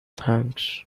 thanks